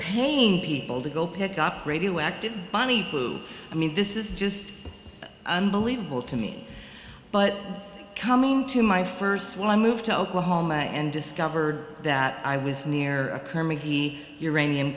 pain people to go pick up radioactive bunny food i mean this is just unbelievable to me but coming to my first one i moved to oklahoma and discovered that i was near a cur magee uranium